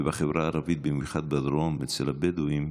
ובחברה הערבית, במיוחד בדרום אצל הבדואים,